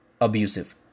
abusive